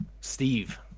steve